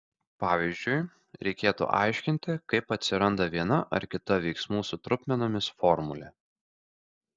pavyzdžiui reikėtų aiškinti kaip atsiranda viena ar kita veiksmų su trupmenomis formulė